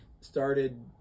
started